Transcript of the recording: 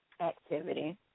activity